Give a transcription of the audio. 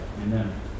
Amen